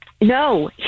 No